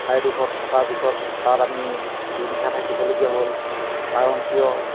ঠাইডোখৰত থকাৰ পিছত তাত আমি দুনিশা থাকিবলগীয়া হ'ল কাৰণ কিয়